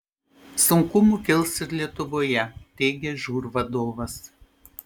sunkumų kils ir lietuvoje teigia žūr vadovas